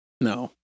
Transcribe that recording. No